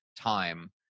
time